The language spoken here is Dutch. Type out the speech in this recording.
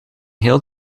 heel